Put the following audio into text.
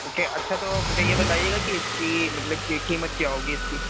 okay اچھا تو مجھے یہ بتائیے گا کہ اس کی مطلب کہ قیمت کیا ہوگی اس کی